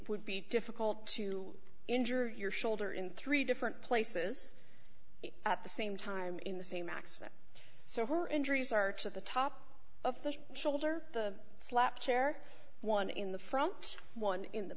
would be difficult to injure your shoulder in three different places at the same time in the same accident so her injuries are at the top of the childer the slap chair one in the front one in the